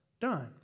done